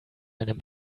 einem